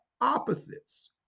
opposites